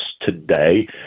today